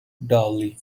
darley